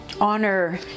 Honor